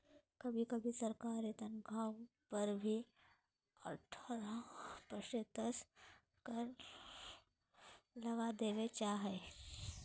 कभी कभी सरकारी तन्ख्वाह पर भी अट्ठारह प्रतिशत कर लगा देबल जा हइ